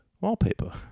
Wallpaper